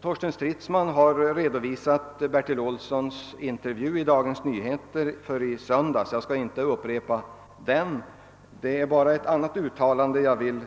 Torsten Stridsman har redogjort för generaldirektör Bertil Olssons intervju i söndagens Dagens Nyheter. Jag skall inte upprepa den. Jag vill bara peka på ett annat av Bertil Olssons uttalanden.